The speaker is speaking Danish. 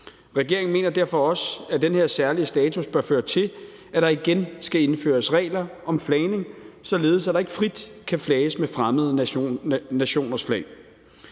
Regeringen mener derfor også, at den her særlige status bør føre til, at der igen skal indføres regler om flagning, således at der ikke frit kan flages med fremmede nationers flag.